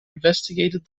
investigated